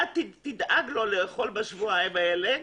אתה תדאג לו לאוכל בשבועיים האלה,